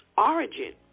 origin